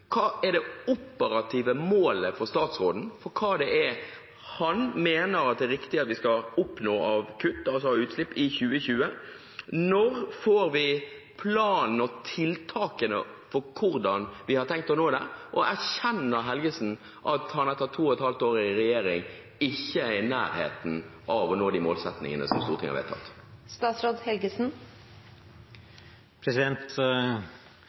Hva er det operative målet statsråden mener det er riktig at vi skal oppnå av kutt i 2020? Når får vi planen og tiltakene for hvordan vi har tenkt å nå dem, og erkjenner statsråd Helgesen at man etter 2,5 år i regjering ikke er i nærheten av å nå de målsettingene som Stortinget har vedtatt?